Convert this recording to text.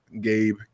Gabe